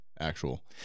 actual